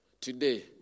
today